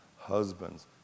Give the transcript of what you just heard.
husbands